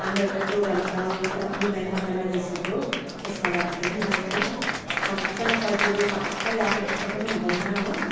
हाम्रो एउटा प्रोग्राम छ वेन वुमेन अर्गनाइजेसनको त्यसमा जाँदाखेरि पनि लगाउँछु मजाले सजिलो छपक्कै लगाएको जस्तो पनि हुँदैन हो